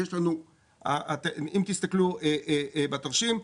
אם תסתכלו בתרשים,